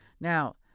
Now